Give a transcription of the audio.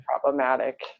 problematic